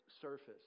surface